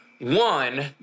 One